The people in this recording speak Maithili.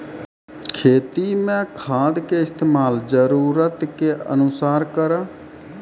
खेती मे खाद के इस्तेमाल जरूरत के अनुसार करऽ